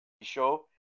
show